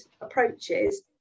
approaches